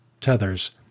tethers